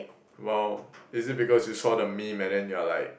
!wow! is it because you saw the meme and then you are like